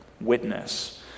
Witness